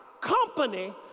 company